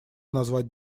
назвать